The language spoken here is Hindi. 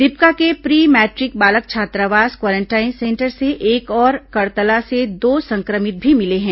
दीपका के प्री मैट्रिक बालक छात्रावास क्वारेंटाइन सेंटर से एक और करतला से दो संक्रमित भी मिले हैं